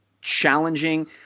challenging